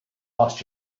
lost